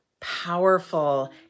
powerful